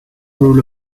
rule